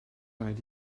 rhaid